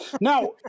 Now